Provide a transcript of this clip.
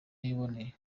yiboneye